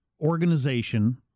organization